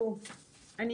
אני